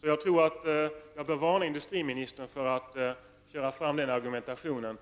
Jag tror alltså att jag bör varna industriministern för att använda sig av den typen av argumentation.